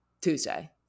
Tuesday